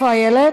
איפה איילת?